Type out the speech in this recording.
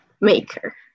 maker